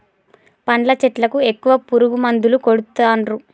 పండ్ల చెట్లకు ఎక్కువ పురుగు మందులు కొడుతాన్రు